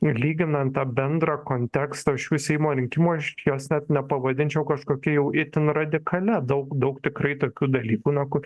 ir lyginant tą bendrą kontekstą šių seimo rinkimų aš jos net nepavadinčiau kažkokia jau itin radikalia daug daug tikrai tokių dalykų na kur